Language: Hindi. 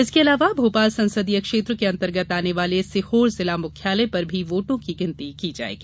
इसके अलावा भोपाल संसदीय क्षेत्र के अंतर्गत आने वाले सीहोर जिला मुख्यालय पर भी वोटों की गिनती की जायेगी